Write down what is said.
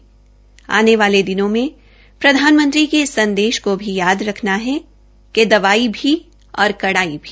आने वाले दिनों में प्रधानमंत्री के इस संदेश को भी याद रखना है दवाई भी और कड़ाई भी